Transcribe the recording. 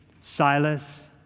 Silas